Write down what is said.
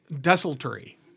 desultory